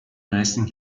resting